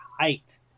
height